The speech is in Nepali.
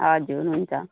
हजुर हुन्छ